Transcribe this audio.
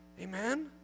Amen